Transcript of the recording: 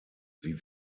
sie